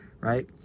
right